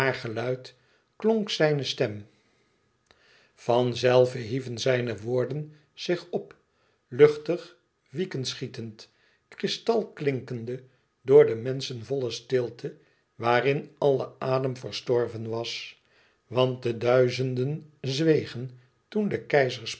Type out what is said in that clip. geluid klonk zijne stem van zelve hieven zijne woorden zich op luchtig wieken schietend kristal klinkende door de menschenvolle stilte waarin alle adem verstorven was want de duizenden zwegen toen de keizer